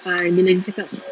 ah bila dia cakap